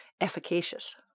efficacious